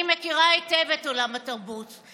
אני מכירה היטב את עולם התרבות.